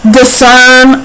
discern